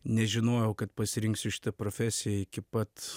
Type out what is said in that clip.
nežinojau kad pasirinksiu šitą profesiją iki pat